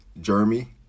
Jeremy